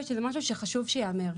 חשוב שזה ייאמר.